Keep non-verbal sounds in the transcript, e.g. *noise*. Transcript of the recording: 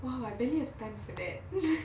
!wow! I barely have time for that *laughs*